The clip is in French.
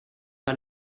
pas